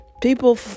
People